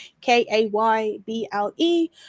K-A-Y-B-L-E